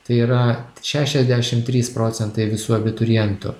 tai yra šešiasdešimt trys procentai visų abiturientų